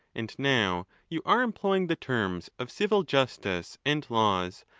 and now you are employing the terms of civil justice and laws,